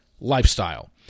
lifestyle